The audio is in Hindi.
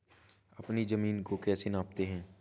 अपनी जमीन को कैसे नापते हैं?